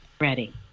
Ready